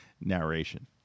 narration